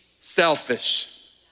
selfish